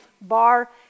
bar